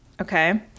Okay